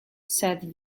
said